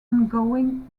ongoing